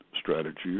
strategy